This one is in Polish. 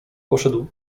poszedł